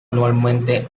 anualmente